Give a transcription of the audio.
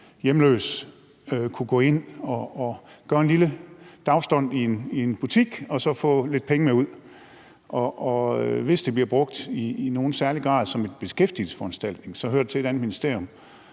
en hjemløs kunne gå ind og gøre en lille dagsdont i en butik og så få lidt penge med ud, og hvis det i nogen særlig grad bliver brugt som en beskæftigelsesforanstaltning, hører det til i et andet ministerium.